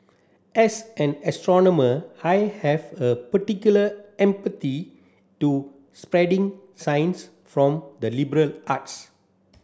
as an astronomer I have a particular empathy to spreading science from the liberal arts